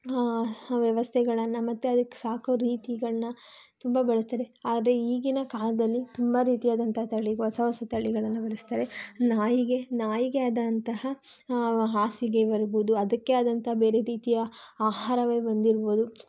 ವ್ಯವಸ್ಥೆಗಳನ್ನು ಮತ್ತೆ ಅದಕ್ಕೆ ಸಾಕೋ ರೀತಿಗಳನ್ನ ತುಂಬ ಬಳಸ್ತಾರೆ ಆದರೆ ಈಗಿನ ಕಾಲದಲ್ಲಿ ತುಂಬ ರೀತಿಯಾದಂಥ ತಳಿಗಳು ಹೊಸ ಹೊಸ ತಳಿಗಳನ್ನು ಬೆಳೆಸ್ತಾರೆ ನಾಯಿಗೆ ನಾಯಿಗೆ ಆದಂತಹ ಹಾಸಿಗೆ ಬರಬಹುದು ಅದಕ್ಕೆ ಆದಂತಹ ಬೇರೆ ರೀತಿಯ ಆಹಾರವೇ ಬಂದಿರಬಹುದು